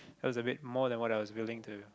has a bit more that what I was meaning to